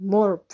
More